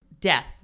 Death